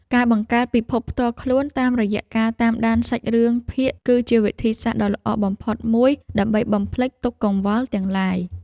ការបង្កើតពិភពផ្ទាល់ខ្លួនតាមរយៈការតាមដានសាច់រឿងភាគគឺជាវិធីសាស្ត្រដ៏ល្អបំផុតមួយដើម្បីបំភ្លេចទុក្ខកង្វល់ទាំងឡាយ។